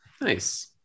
nice